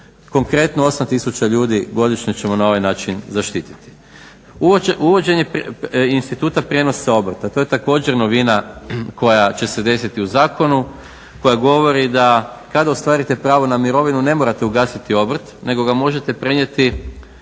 konkretno 8000 ljudi godišnje ćemo na ovaj način zaštiti. Uvođenje instituta prijenosa obrta, to je također novina koja će se desiti u zakonu, koja govori da kada ostvarite pravo na mirovinu ne morate ugasiti obrt nego ga možete prenijeti